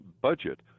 budget